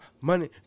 money